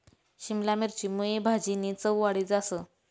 शिमला मिरची मुये भाजीनी चव वाढी जास